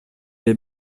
les